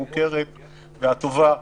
המוכרת והטובה,